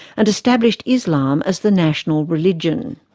and established islam as the national religion.